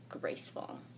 graceful